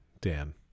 Dan